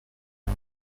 کنم